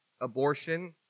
abortion